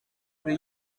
kure